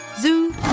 Zoo